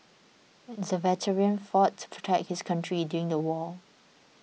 the veteran fought to protect his country during the war